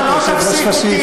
אתה פאשיסט.